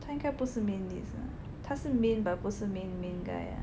他应该不是 main lead 他是 main but 不是 main main guy ah